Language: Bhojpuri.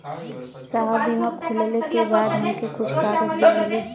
साहब बीमा खुलले के बाद हमके कुछ कागज भी मिली?